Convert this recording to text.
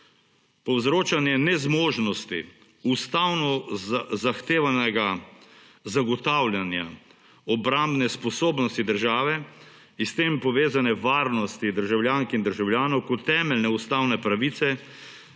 Povzročanje nezmožnosti ustavno zahtevanega zagotavljanja obrambne sposobnosti države in s tem povezane varnosti državljank in državljanov kot temeljne ustavne pravice